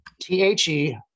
T-H-E